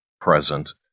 present